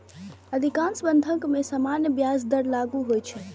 अधिकांश बंधक मे सामान्य ब्याज दर लागू होइ छै